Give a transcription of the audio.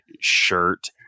shirt